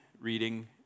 reading